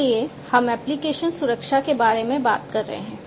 इसलिए हम एप्लिकेशन सुरक्षा के बारे में बात कर रहे हैं